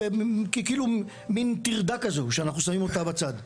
ככאילו מין טרדה כזו שאנחנו שמים אותה בצד.